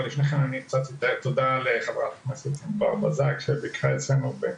אבל לפני כן אני אגיד תודה לחברת הכנסת ענבר בזק שביקרה אצלנו.